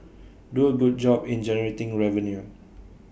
do A good job in generating revenue